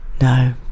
No